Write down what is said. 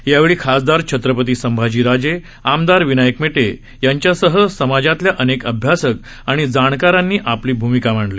यावेळी खासदार छत्रपती संभाजे राजे आमदार विनायक मेटे यांच्यासह समाजातल्या अनेक अभ्यासक आणि जाणकारांनी आपली भूमिका मांडली